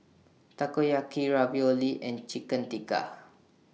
Takoyaki Ravioli and Chicken Tikka